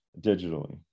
digitally